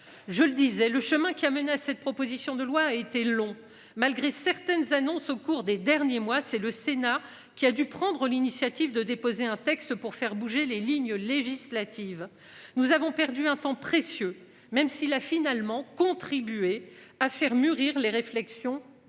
je le disais, le chemin qui a mené cette proposition de loi a été long, malgré certaines annonces au cours des derniers mois, c'est le Sénat qui a dû prendre l'initiative de déposer un texte pour faire bouger les lignes. Législatives. Nous avons perdu un temps précieux, même s'il a finalement contribué à faire mûrir les réflexions de